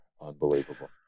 unbelievable